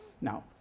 Now